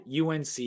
UNC